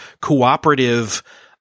cooperative